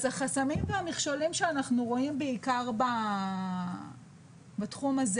החסמים והמכשולים שאנחנו רואים בעיקר בתחום הזה